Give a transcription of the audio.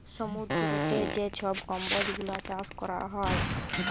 সমুদ্দুরেতে যে ছব কম্বজ গুলা চাষ ক্যরা হ্যয়